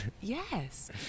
Yes